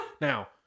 now